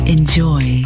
Enjoy